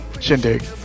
shindig